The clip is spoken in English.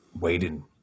waiting